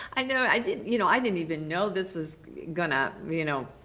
i know, i didn't, you know, i didn't even know this was going to, you know,